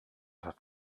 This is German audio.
hat